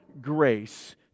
grace